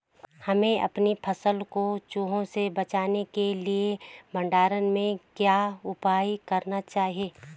हमें अपनी फसल को चूहों से बचाने के लिए भंडारण में क्या उपाय करने चाहिए?